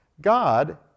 God